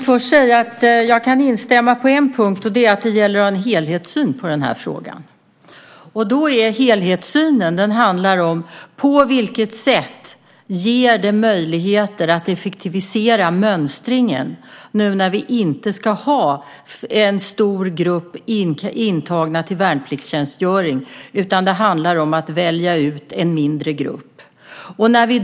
Fru talman! Jag kan instämma på en punkt och det är att det gäller att ha en helhetssyn på den här frågan. Helhetssynen handlar om vilka möjligheter som finns att effektivisera mönstringen nu när vi inte ska ha en stor grupp till värnpliktstjänstgöring utan det handlar om att välja ut en mindre grupp.